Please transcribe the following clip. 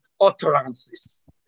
utterances